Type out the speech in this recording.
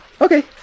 Okay